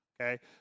okay